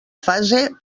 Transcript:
fase